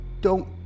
Don't-